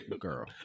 girl